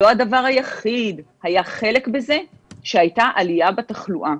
לא הדבר היחיד היה חלק בזה שהייתה עליה בתחלואה.